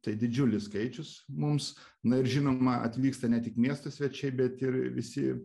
tai didžiulis skaičius mums na ir žinoma atvyksta ne tik miesto svečiai bet ir visi